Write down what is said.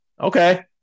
Okay